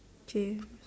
okay